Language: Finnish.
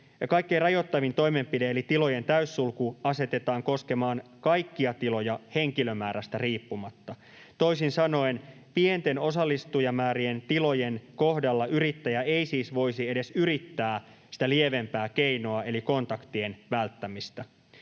kaikkein rajoittavin toimenpide eli tilojen täyssulku asetetaan koskemaan kaikkia tiloja henkilömäärästä riippumatta. Toisin sanoen: pienten osallistujamäärien tilojen kohdalla yrittäjä ei siis voisi edes yrittää sitä lievempää keinoa eli kontaktien välttämistä.